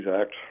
Act